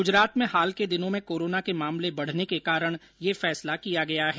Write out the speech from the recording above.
गुजरात में हाल के दिनों में कोरोना के मामले बढ़ने के कारण यह फैसला किया गया है